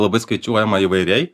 labai skaičiuojama įvairiai